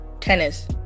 Tennis